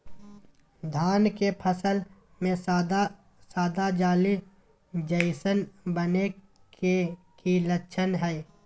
धान के फसल में सादा सादा जाली जईसन बने के कि लक्षण हय?